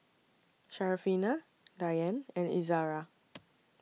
Syarafina Dian and Izara